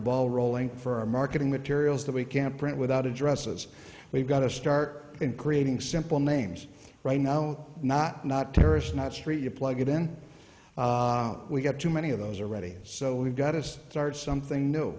ball rolling for our marketing materials that we can't print without addresses we've got to start creating simple names right now not not terrorist not street you plug it in we've got too many of those are ready so we've got to start something new